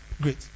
great